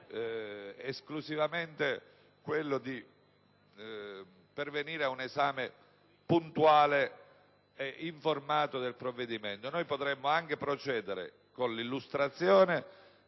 di altro genere, ma è esclusivamente quello di pervenire ad un esame puntuale e informato del provvedimento,